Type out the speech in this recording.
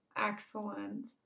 Excellent